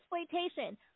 exploitation